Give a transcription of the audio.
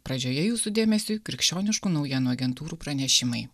pradžioje jūsų dėmesiui krikščioniškų naujienų agentūrų pranešimai